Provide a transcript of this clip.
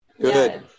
Good